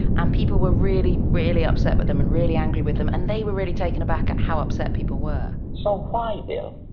and people were really, really upset with them and really angry with them. and they were really taken aback at how upset people were. so why bill,